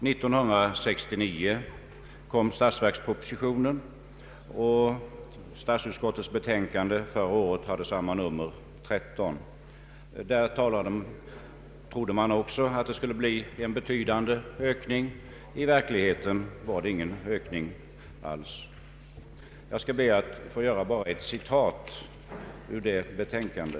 Att döma av statsutskottets utlåtande nr 13 i anledning av statsverkspropositionen år 1969 trodde man tydligen också att det skulle bli en betydande ökning, men i verkligheten var det ingen ökning alls. Jag skall be att få anföra ett citat ur detta betänkande.